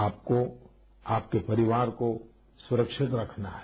आपको आपके परिवार को सुरक्षित रखना है